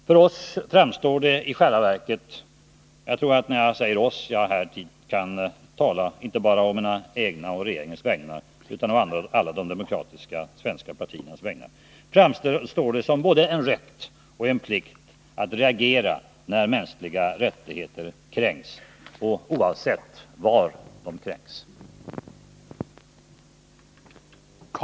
För oss framstår det i själva verket — och jag tror att när jag säger ”oss” jag kan tala inte bara å mina egna och regeringens vägnar utan å alla de demokratiska svenska partiernas vägnar — som både en rätt och en plikt att reagera när mänskliga rättigheter kränks, oavsett var de kränks.